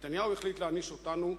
נתניהו החליט להעניש אותנו,